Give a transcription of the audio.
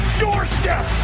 doorstep